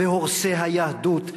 "הורסי היהדות",